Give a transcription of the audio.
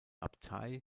abtei